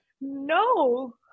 No